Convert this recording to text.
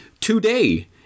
today